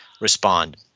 respond